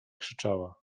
krzyczaia